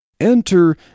Enter